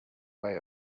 way